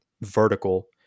vertical